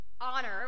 honor